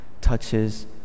touches